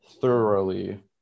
thoroughly